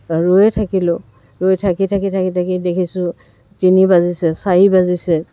ৰৈ থাকিলোঁ ৰৈ থাকি থাকি থাকি থাকি দেখিছোঁ তিনি বাজিছে চাৰি বাজিছে